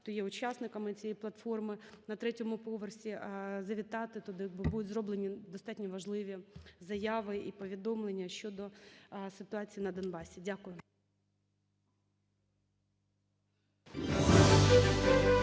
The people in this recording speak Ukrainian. хто є учасниками цієї платформи, на третьому поверсі, завітати туди, бо будуть зроблені достатньо важливі заяви і повідомлення щодо ситуації на Донбасі. Дякую.